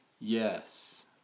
Yes